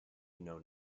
known